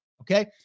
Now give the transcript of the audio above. Okay